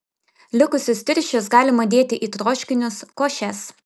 likusius tirščius galima dėti į troškinius košes